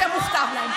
שמוכתבות להם.